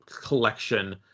collection